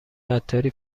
عطاری